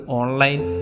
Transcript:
online